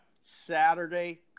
Saturday